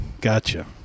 Gotcha